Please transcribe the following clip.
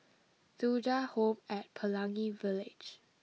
Thuja Home at Pelangi Village